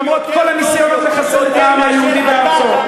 למרות כל הניסיונות לחסל את העם היהודי בארצו.